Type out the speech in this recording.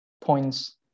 points